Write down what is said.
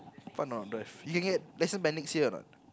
fun not drive you can get license by next year not